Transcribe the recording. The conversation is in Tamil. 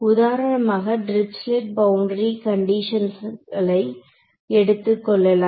உதாரணமாக டிரிச்லெட் பௌண்டரி கண்டிஷன்ஸ்களை எடுத்துக்கொள்ளலாம்